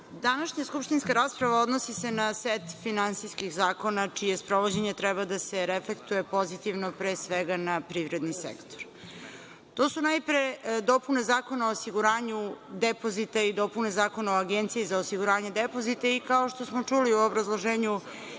današnja skupštinska rasprava odnosi se na set finansijskih zakona čije sprovođenje treba da se reflektuje pozitivno, pre svega, na privredni sektor. To su najpre dopune Zakona o osiguranju depozita i dopune Zakona o Agenciji za osiguranje depozita. Kao što smo čuli u obrazloženju